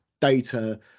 data